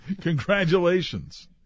Congratulations